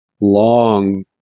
long